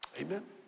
amen